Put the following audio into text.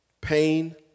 pain